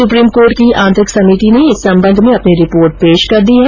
supreme court की आंतरिक समति ने इस संबंध में अपनी रिपोर्ट पेश कर दी है